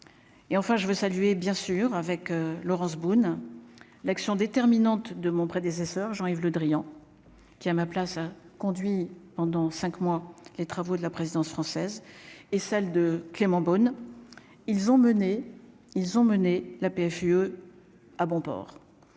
et, enfin, je veux saluer bien sûr avec Laurence Boone, l'action déterminante de mon prédécesseur, Jean-Yves Le Drian, qui, à ma place, a conduit pendant 5 mois, les travaux de la présidence française et celle de Clément Beaune ils ont mené, ils ont mené la PFUE à bon port